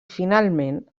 finalment